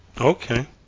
Okay